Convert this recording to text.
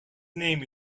name